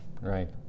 Right